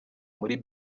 muri